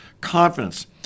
confidence